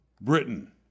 Britain